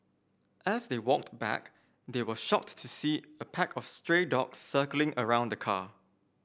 as they walked back they were shocked to see a pack of stray dogs circling around the car